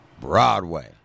Broadway